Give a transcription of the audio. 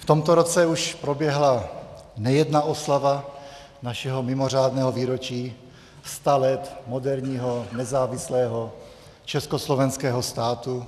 V tomto roce už proběhla nejedna oslava našeho mimořádného výročí, sta let moderního nezávislého československého státu.